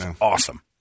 Awesome